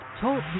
Talk